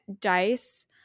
dice